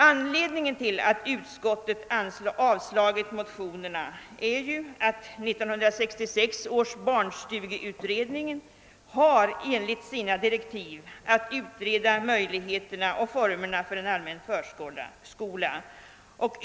Anledningen till att utskottet avstyrkt motionerna är att 1968 års barnstugeutredning enligt sina direktiv har att utreda möjligheterna och formerna för en allmän förskola.